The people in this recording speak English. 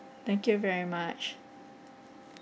thank you very much